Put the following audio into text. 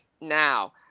now